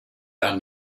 are